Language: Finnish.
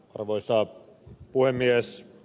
arvoisa puhemies